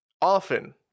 often